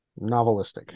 Novelistic